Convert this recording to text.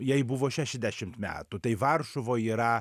jai buvo šešiasdešimt metų tai varšuvoj yra